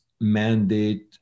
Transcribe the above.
mandate